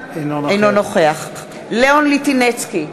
אינו נוכח לאון ליטינצקי,